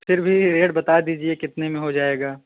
फिर भी यह रेट बता दीजिए कितने में हो जाएगा